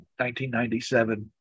1997